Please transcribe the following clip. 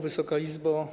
Wysoka Izbo!